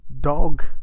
dog